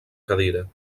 cadira